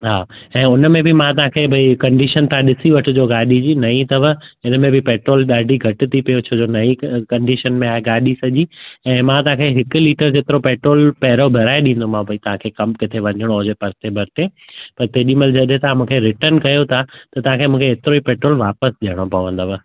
हा ऐं हुनमें बि मां तव्हांखे भई कंडीशन तव्हां ॾिसी वठिजो गाॾी जी नयी अथव हिनमें बि पेट्रोल ॾाढी घटि थी पियेव छो जो नयी कंडीशन में आहे गाॾी सॼी ऐं मां तव्हांखे हिक लीटर जेतिरो पेट्रोल पहिरियों भराए ॾींदोमाव भई तव्हांखे कम किथे वञिणो हुजे परिते परिते पर तेॾी महिल जॾहिं तव्हां मूंखे रिटर्न कयो थी त तव्हांखे मूंखे एतिरो ई पेट्रोल वापिसि ॾियणो पवंदव